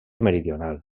meridional